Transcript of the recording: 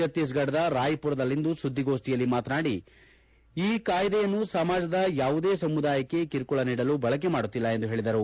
ಭತ್ತೀಸ್ ಗಢದ ರಾಯ್ಪುರದಲ್ಲಿಂದು ಸುದ್ಗೋಷ್ಟಿಯಲ್ಲಿ ಮಾತನಾಡಿ ಈ ಕಾಯಿದೆಯನ್ನು ಸಮಾಜದ ಯಾವುದೇ ಸಮುದಾಯಕ್ಕೆ ಕಿರುಕುಳ ನೀಡಲು ಬಳಕೆ ಮಾಡುತ್ತಿಲ್ಲ ಎಂದು ಹೇಳಿದರು